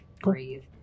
breathe